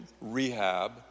rehab